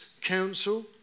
council